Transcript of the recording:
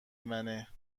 منه